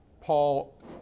Paul